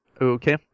Okay